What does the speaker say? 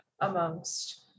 amongst